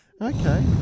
Okay